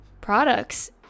products